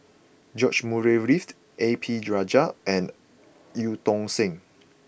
George Murray Reithed A P Rajah and Eu Tong Sen